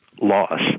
loss